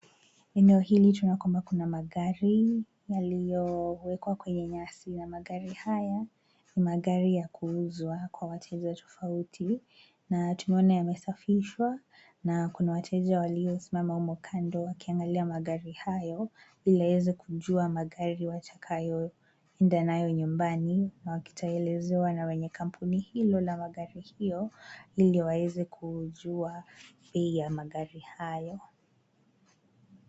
Eneo hili tunaona kwamba kuna magari yaliyowekwa kwenye nyasi na magari haya ni magari ya kuuzwa kwa wateja tofauti na tunaona yamesafishwa na kuna wateja waliosimama kando wakiangalia magari hayo ili waweze kujua magari watakayoenda nayo nyumbani wakielezea na wenye kampuni hilo la magari hiyo ili waweze kujua bei ya magari hayo.